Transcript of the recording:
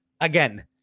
Again